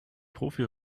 profi